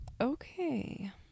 Okay